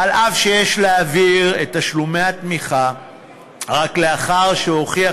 אף שיש להעביר את תשלומי התמיכה רק לאחר שהוכיח